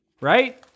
right